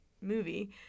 movie